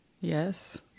Yes